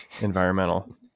Environmental